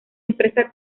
empresa